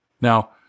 Now